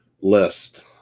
list